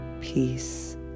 peace